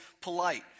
polite